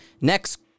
Next